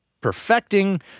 perfecting